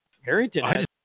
Harrington